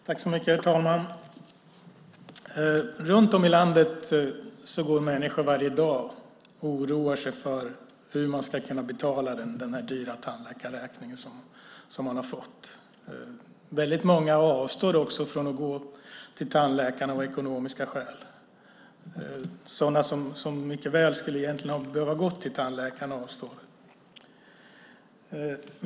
Herr talman! Runt om i landet går människor varje dag och oroar sig för hur de ska kunna betala den dyra tandläkarräkning som de har fått. Väldigt många avstår också från att gå till tandläkaren av ekonomiska skäl. Sådana som mycket väl skulle behöva gå till tandläkaren avstår.